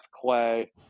Clay